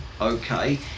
okay